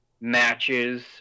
matches